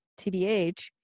tbh